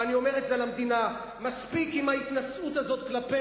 ואני אומר את זה על המדינה: מספיק עם ההתנשאות הזו כלפינו,